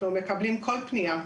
אנחנו מקבלים כל פנייה.